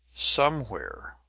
somewhere,